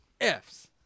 Fs